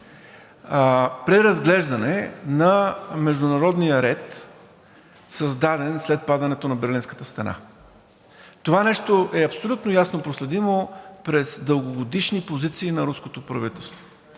преразглеждане на международния ред, създаден след падането на Берлинската стена. Това нещо е абсолютно ясно проследимо през дългогодишни позиции на руското правителство,